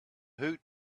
woot